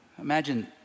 Imagine